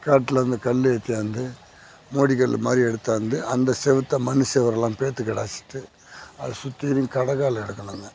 காட்லேருந்து கல் ஏற்றியாந்து மோடி கல் மாதிரி எடுத்தாந்து அந்த செவுற்ற மண் செவரெல்லாம் பேர்த்து கெடாசிட்டு அதை சுத்தீரும் கடகால் எடுக்கணுங்க